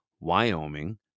Wyoming